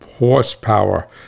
horsepower